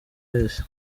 wese